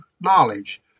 knowledge